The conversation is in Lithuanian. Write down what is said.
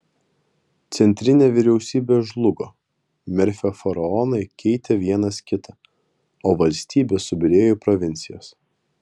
centrinė vyriausybė žlugo merfio faraonai keitė vienas kitą o valstybė subyrėjo į provincijas